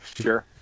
sure